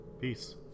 Peace